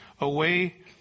away